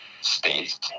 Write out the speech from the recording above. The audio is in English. states